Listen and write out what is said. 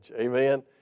amen